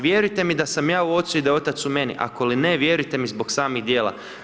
Vjerujte mi da sam ja u Ocu i da je Otac u meni, ako li ne, vjerujte mi zbog samih dijela.